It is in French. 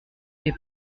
des